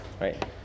right